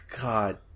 god